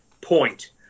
point